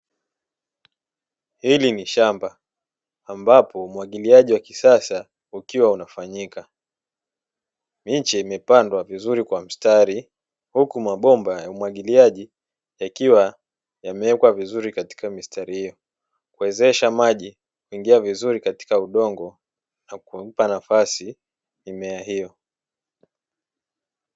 Hili ni shamba ambapo umwagiliaji wa kisasa ukiwa unafanyika. Miche imepandwa vizuri kwa mstari huku mabomba ya umwagiliaji yakiwa yamewekwa vizuri katika mistari hiyo, kuwezesha maji kuingia vizuri katika udongo na kuupa nafasi mimea hiyo.